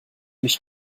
mich